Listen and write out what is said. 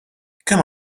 kemm